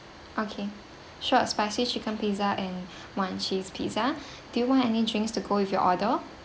okay sure spicy chicken pizza and one cheese pizza do you want any drinks to go with your order